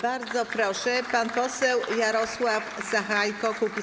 Bardzo proszę, pan poseł Jarosław Sachajko, Kukiz’15.